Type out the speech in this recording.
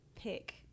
pick